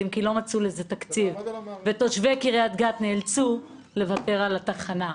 כי לא מצאו לזה תקציב ותושבי קריית גת נאלצו לוותר על התחנה.